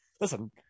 listen